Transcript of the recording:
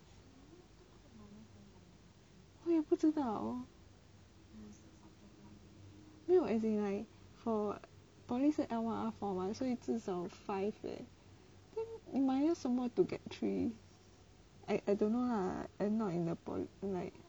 我也不知道没有 as in like for poly 是 L one R four 所以至少 five leh 你 minus 什么 to get three I I don't know lah and I not in the poly like